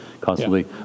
constantly